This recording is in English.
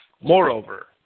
Moreover